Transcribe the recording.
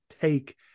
take